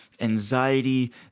anxiety